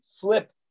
flip